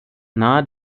nahe